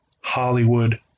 Hollywood